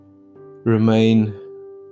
remain